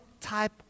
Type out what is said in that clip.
type